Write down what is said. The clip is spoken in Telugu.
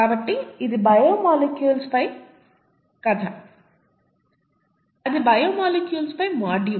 కాబట్టి ఇది బయో మాలిక్యూల్స్ పై కథ అది బయో మాలిక్యూల్స్ పై మాడ్యూల్